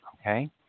Okay